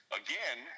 again